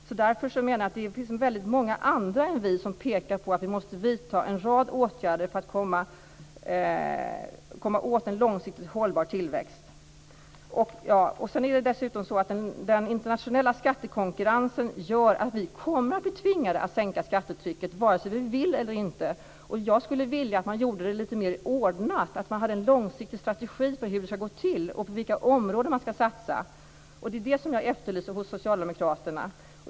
Det finns väldigt många andra än vi som pekar på att vi måste vidta en rad åtgärder för att komma åt en långsiktigt hållbar tillväxt. Sedan är det dessutom så att den internationella skattekonkurrensen gör att vi kommer att bli tvingade att sänka skattetrycket vare sig vi vill eller inte. Jag skulle vilja att man gjorde det lite mer ordnat och hade en långsiktig strategi för hur det ska gå till och på vilka områden man ska satsa. Det är det som jag efterlyser hos Socialdemokraterna.